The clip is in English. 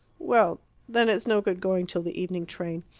well then it's no good going till the evening train.